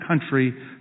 country